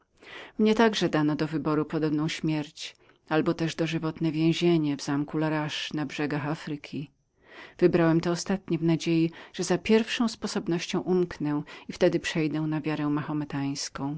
mnie także dano do wyboru podobną śmierć albo też wieczne więzienie w zamku laroche na brzegach afryki wybrałem to ostatnie w nadziei że za pierwszą sposobnością umknę i wtedy przejdę na wiarę mahometańską